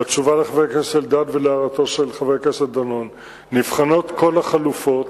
בתשובה לחבר הכנסת אלדד ולהערתו של חבר הכנסת דנון: נבחנות כל החלופות.